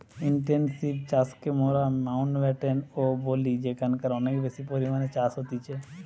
intensive চাষকে মোরা মাউন্টব্যাটেন ও বলি যেখানকারে অনেক বেশি পরিমাণে চাষ হতিছে